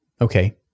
okay